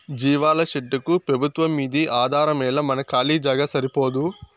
జీవాల షెడ్డుకు పెబుత్వంమ్మీదే ఆధారమేలా మన కాలీ జాగా సరిపోదూ